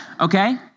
okay